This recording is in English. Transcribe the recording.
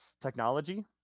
technology